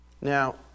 Now